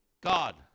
God